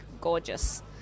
gorgeous